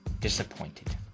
disappointed